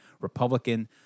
Republican